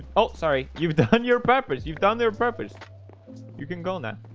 oh, sorry, you've done your purpose. you've done their purpose you can go now